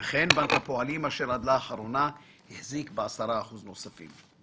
וכן בנק הפועלים אשר עד לאחרונה החזיק בכ-10% נוספים.